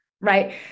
right